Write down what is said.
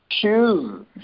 choose